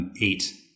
Eight